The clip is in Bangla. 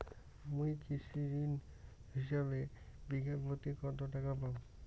মুই কৃষি ঋণ হিসাবে বিঘা প্রতি কতো টাকা পাম?